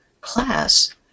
class